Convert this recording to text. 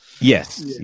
yes